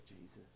Jesus